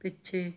ਪਿੱਛੇ